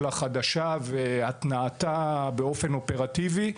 התוכנית החדשה והתנעתה באופן אופרטיבי,